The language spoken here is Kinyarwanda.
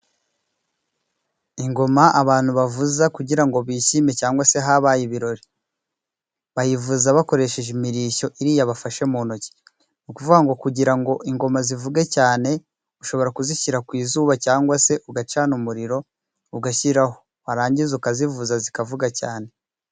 Ingoma abantu bavuza kugira ngo bishime cyangwa se habaye ibirori. Bayivuza bakoresheje imirishyo, iriya bafashe mu ntoki. Ni ukuvuga ngo kugira ngo ingoma zivuge cyane ushobora kuzishyira ku izuba cyangwa se ugacana umuriro ugashyiraho. Warangiza ukazivuza zikavuga cyane.